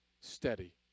steady